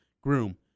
groom